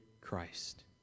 Christ